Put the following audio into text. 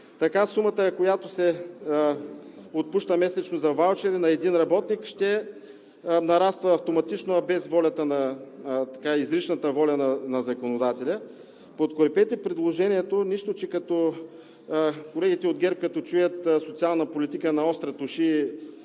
Така сумата, която се отпуска месечно за ваучери на един работник, ще нараства автоматично без изричната воля на законодателя. Подкрепете предложението, нищо че колегите от ГЕРБ като чуят „социална политика“, наострят уши,